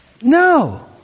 No